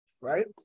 right